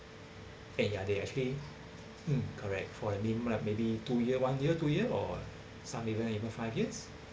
and ya they actually mm correct for I mean like maybe two years one year two years or some even even five years